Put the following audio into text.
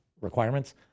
requirements